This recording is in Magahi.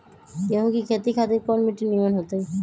गेंहू की खेती खातिर कौन मिट्टी निमन हो ताई?